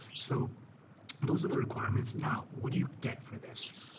so those are the requirements. now, what do you get for this?